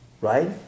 right